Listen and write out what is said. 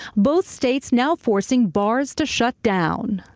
both states now forcing bars to shut down.